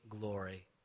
glory